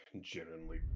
genuinely